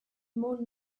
maule